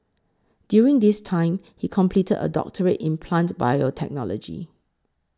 during this time he completed a doctorate in plant biotechnology